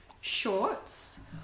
shorts